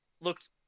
looked